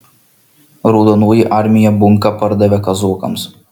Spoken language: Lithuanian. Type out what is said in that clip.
raudonoji armija bunką pardavė kazokams